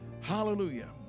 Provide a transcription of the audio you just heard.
Hallelujah